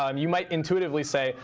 um you might intuitively say,